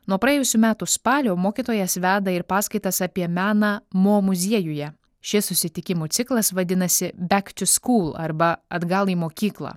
nuo praėjusių metų spalio mokytojas veda ir paskaitas apie meną mo muziejuje šis susitikimų ciklas vadinasi back to school arba atgal į mokyklą